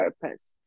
purpose